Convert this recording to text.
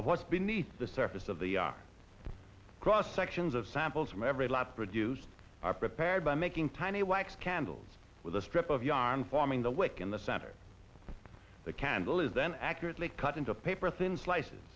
of what's beneath the surface of the cross sections of samples from every lab produced are prepared by making tiny wax candles with a strip of yarn forming the wake in the center the candle is then accurately cut into a paper thin slices